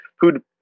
who'd